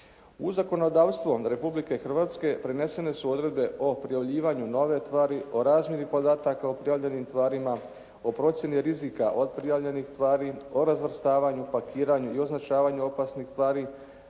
U zakonodavstvo Republike Hrvatske prenesene su odredbe o prijavljivanju nove tvari, o razmjeni podataka o prijavljenim tvarima, o procjeni rizika od prijavljenih tvari, o razvrstavanju, pakiranju i označavanju opasnih tvari,